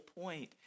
point